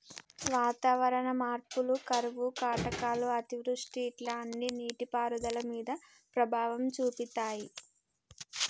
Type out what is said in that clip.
వాతావరణ మార్పులు కరువు కాటకాలు అతివృష్టి ఇట్లా అన్ని నీటి పారుదల మీద ప్రభావం చూపితాయ్